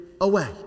away